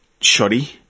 shoddy